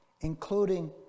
including